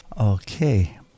Okay